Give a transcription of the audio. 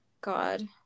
god